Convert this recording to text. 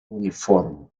uniforme